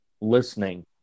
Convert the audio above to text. listening